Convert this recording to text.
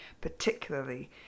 Particularly